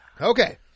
Okay